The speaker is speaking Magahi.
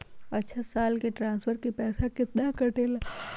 अछा साल मे ट्रांसफर के पैसा केतना कटेला?